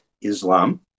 Islam